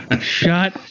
Shut